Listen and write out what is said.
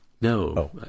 No